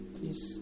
Please